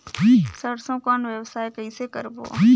सरसो कौन व्यवसाय कइसे करबो?